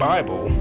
Bible